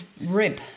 rib